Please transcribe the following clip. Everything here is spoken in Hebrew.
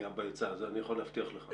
את זה אני יכול להבטיח לך.